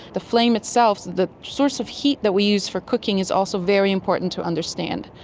the flame itself, the source of heat that we use for cooking is also very important to understand.